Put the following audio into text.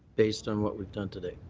based on what we've done today.